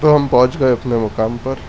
تو ہم پہنچ گئے اپنے مقام پر